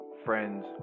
friends